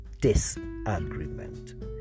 disagreement